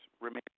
remain